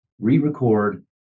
re-record